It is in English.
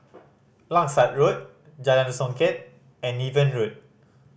Langsat Road Jalan Songket and Niven Road